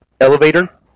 elevator